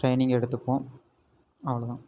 training எடுத்துப்போம் அவ்வளோதான்